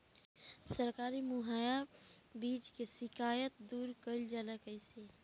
सरकारी मुहैया बीज के शिकायत दूर कईल जाला कईसे?